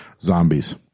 zombies